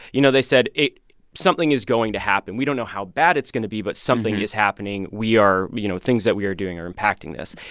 you know, they said, something is going to happen. we don't know how bad it's going to be, but something is happening. we are you know, things that we are doing are impacting this.